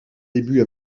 débuts